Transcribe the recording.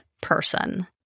person